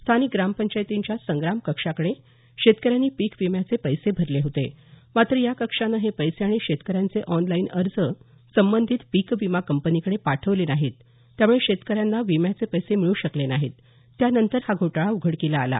स्थानिक ग्रामपंचायतीच्या संग्राम कक्षाकडे शेतकऱ्यांनी पिक विम्याचे पैसे भरले होते मात्र या कक्षानं हे पैसे आणि शेतकऱ्यांचे ऑनलाईन अर्ज संबंधित पिक विमा कंपनीकडे पाठवले नाही त्यामुळे शेतकऱ्यांना विम्याचे पैसे मिळू शकले नाहीत त्यानंतर हा घोटाळा उघडकीस आला